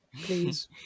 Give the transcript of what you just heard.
please